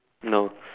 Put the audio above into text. no